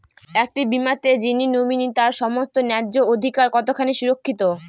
একটি বীমাতে যিনি নমিনি তার সমস্ত ন্যায্য অধিকার কতখানি সুরক্ষিত?